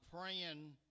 praying